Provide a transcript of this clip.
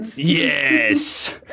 Yes